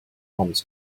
arms